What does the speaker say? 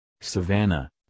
savannah